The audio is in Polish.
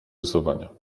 rysowania